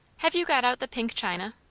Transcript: have you got out the pink china?